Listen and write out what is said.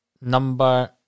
Number